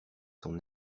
son